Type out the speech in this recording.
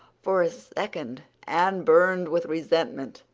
for a second anne burned with resentment.